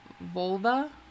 vulva